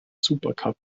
supercup